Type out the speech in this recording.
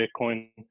Bitcoin